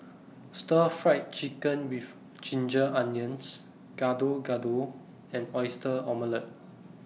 Stir Fried Chicken with Ginger Onions Gado Gado and Oyster Omelette